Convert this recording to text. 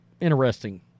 interesting